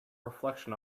reflection